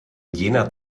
jener